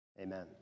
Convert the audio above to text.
amen